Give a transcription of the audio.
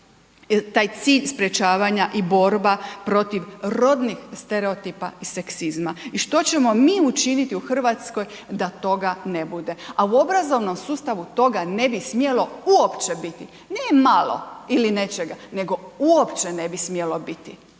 taj cilj sprječavanja i borba protiv rodnih stereotipa i seksizma i što ćemo mi učiniti u Hrvatskoj da toga ne bude. A u obrazovnom sustavu toga ne bi smjelo uopće biti, ne malo ili nečega nego uopće ne bi smjelo biti